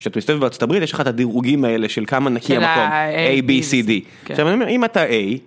יש לך את הדירוגים האלה של כמה נקי המקום a b c d אם אתה.